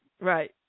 Right